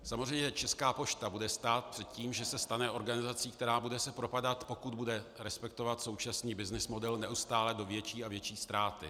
Je samozřejmé, že Česká pošta bude stát před tím, že se stane organizací, která se bude propadat, pokud bude respektovat současný byznys model, neustále do větší a větší ztráty.